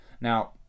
Now